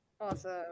Awesome